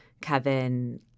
Kevin